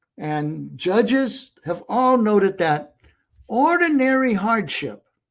and judges have all noted that ordinary hardship,